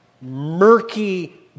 murky